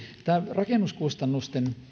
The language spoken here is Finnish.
rakennuskustannusten